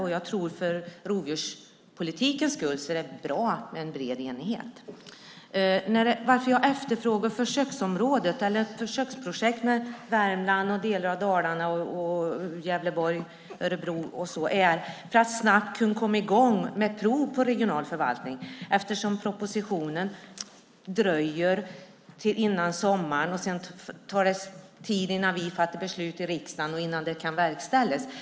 Jag tror att det för rovdjurspolitikens skull är bra med en bred enighet. Skälet till att jag efterfrågar försöksområden eller försöksprojekt med Värmland och delar av Dalarna, Gävleborg och Örebro är att snabbt komma i gång med prov på regional förvaltning. Propositionen dröjer till innan sommaren, och sedan tar det tid innan vi fattar beslut i riksdagen och innan det kan verkställas.